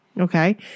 Okay